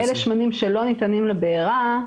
אלה שמנים שלא ניתנים לבעירה.